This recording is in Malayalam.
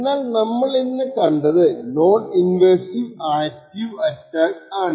എന്നാൽ നമ്മൾ ഇന്ന് കണ്ടത് നോൺ ഇൻവേസീവ് ആക്റ്റീവ് അറ്റാക്ക് ആണ്